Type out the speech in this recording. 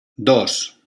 dos